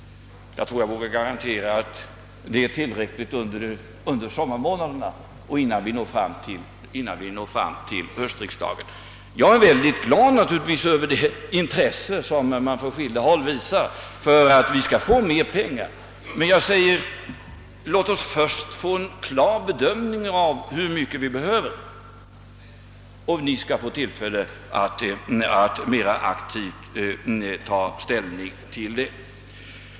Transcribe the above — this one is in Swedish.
Jag tror jag vågar garantera att detta är tillräckligt under sommarmånaderna och fram till höstriksdagen. Jag är mycket glad över det intresse som från skilda håll visats för att vi skall få mer pengar, men jag vill säga: Låt oss först få en klar bedömning över hur mycket vi behöver, så skall riksdagen få tillfälle att mera aktivt ta ställning till detta.